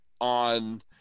on